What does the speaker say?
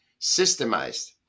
systemized